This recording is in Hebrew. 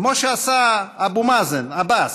כמו שעשה אבו מאזן, עבאס,